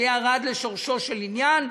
שירד לשורשו של עניין,